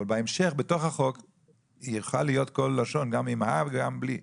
אבל בהמשך בתוך החוק יוכל להיות כל לשון גם עם ה' וגם בלי.